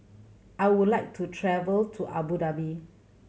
I would like to travel to Abu Dhabi